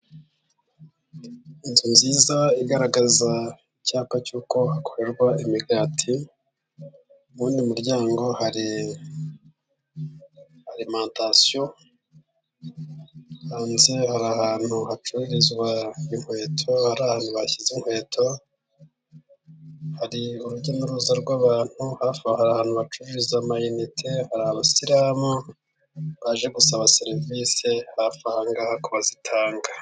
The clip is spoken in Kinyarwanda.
Inzu nziza igaragaza icyapa cy'uko hakorerwa imigati mu wundi muryango hari arimantasiyo, hanze hari ahantu hacururizwa inkweto hari ahantu bashyize inkweto. Hari urujya n'uruza rw'abantu, hafi hari ahantu hacururiza amayinite, hari abasiramu baje gusaba serivisi hafi aha ngaha kubazitanga.